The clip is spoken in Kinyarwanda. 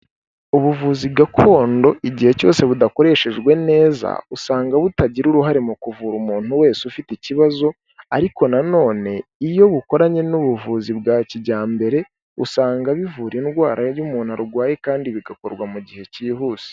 Ubuvuzi gakondo igihe cyose budakoreshejwe neza, usanga butagira uruhare mu kuvura umuntu wese ufite ikibazo. Ariko nanone iyo bukoranye n'ubuvuzi bwa kijyambere usanga bivura indwara y'umuntu arwaye kandi bigakorwa mu gihe cyihuse.